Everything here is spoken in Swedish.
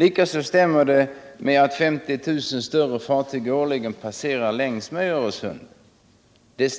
Likaså stämmer uppgiften att 50 000 större fartyg årligen passerar längs med Öresund, men